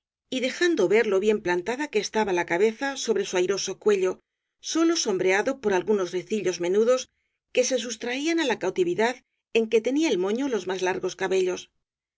y dejando ver lo bien plantada que estaba la cabeza sobre su airoso cuello sólo sombreado por algunos ricillos menudos que se sustraían á la cautividad en que tenía el moño los más largos cabellos